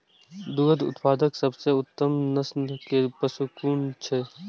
दुग्ध उत्पादक सबसे उत्तम नस्ल के पशु कुन छै?